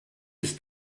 ist